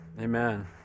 Amen